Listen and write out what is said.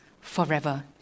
forever